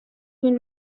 been